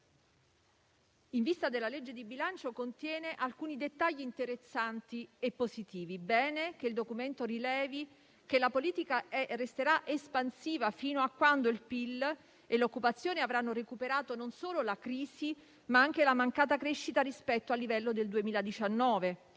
in vista della legge di bilancio, contiene alcuni dettagli interessanti e positivi. È bene che il Documento rilevi che la politica è e resterà espansiva fino a quando il PIL e l'occupazione avranno recuperato non solo la crisi, ma anche la mancata crescita rispetto al livello del 2019.